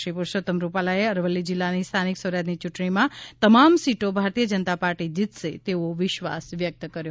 શ્રી પરષોત્તમ રૂપાલાએ અરવલ્લી જિલ્લાની સ્થાનિક સ્વરાજની ચૂંટણીમાં તમામ સીટો ભારતીય જનતા પાર્ટી જીતશે તેવો વિશ્વાસ વ્યક્ત કર્યો